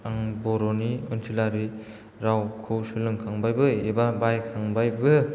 आं बर'नि ओनसोलारि रावखौ सोलोंखांबायबो एबा बाहायखांबायबो